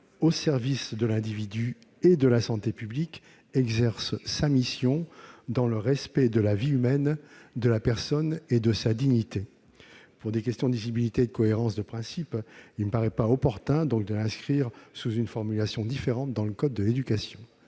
au service de l'individu et de la santé publique, exerce sa mission dans le respect de la vie humaine, de la personne et de sa dignité ». Pour des questions de lisibilité et de cohérence des principes, il ne me paraît pas opportun de l'inscrire sous une formulation différente dans le code de l'éducation.